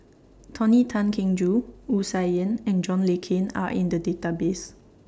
Tony Tan Keng Joo Wu Sa Yen and John Le Cain Are in The Database